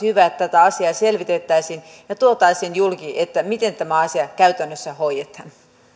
olisi hyvä että tätä asiaa selvitettäisiin ja tuotaisiin julki miten tämä asia käytännössä hoidetaan